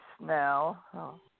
now